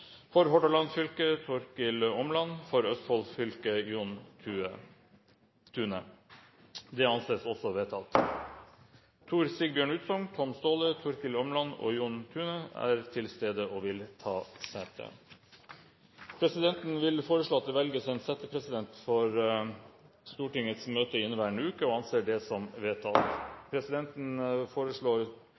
For Hordaland fylke: Torkil Åmland For Østfold fylke: John Thune – Det anses vedtatt. Tom Staahle, Torkil Åmland og John Thune er til stede og vil ta sete. Presidenten vil foreslå at det velges en settepresident for Stortingets møter i inneværende uke. – Det anses vedtatt. Presidenten foreslår